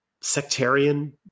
sectarian